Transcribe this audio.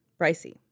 Pricey